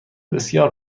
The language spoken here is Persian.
بسیار